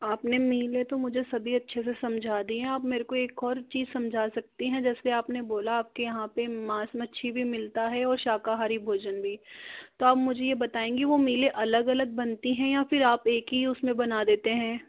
आपने मीलें तो मुझे सभी अच्छे से समझा दीं हैं आप मेरे को एक और चीज समझा सकते हैं जैसे के आपने बोला आपके यहाँ पे मांस मच्छी भी मिलता है और शाकाहारी भोजन भी तो आप मुझे ये बताएंगे वो मीलें अलग अलग बनती है या फिर आप एक ही उसमें बना देते हैं